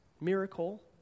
miracle